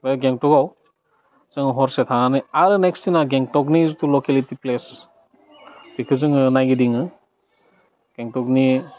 बे गेंगटकआव जोङो हरसे थानानै आरो नेक्स्त दिना गेंगटकनि जिथु लकेलिटि प्लेस बेखौ जोङो नायगिदिङो गेंगटकनि